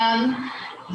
רן,